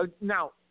Now